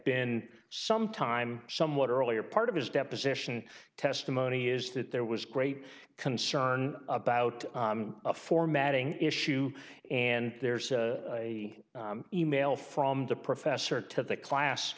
been some time somewhat earlier part of his deposition testimony is that there was great concern about a formatting issue and there's a e mail from the professor to the class